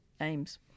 aims